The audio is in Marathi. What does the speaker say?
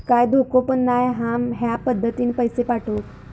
काय धोको पन नाय मा ह्या पद्धतीनं पैसे पाठउक?